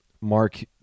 Mark